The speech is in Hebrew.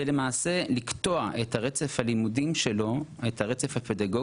זה למעשה לקטוע את הרצף הפדגוגי שלו ולהפוך